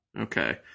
Okay